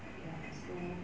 ya so